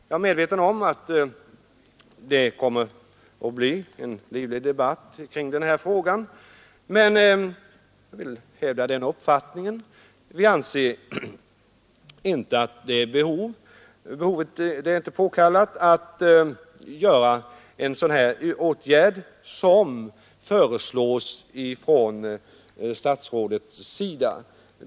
Jag är medveten om att det kommer att bli en livlig debatt kring den frågan, men vi anser det inte vara påkallat att vidta en sådan åtgärd som statsrådet har föreslagit.